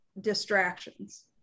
distractions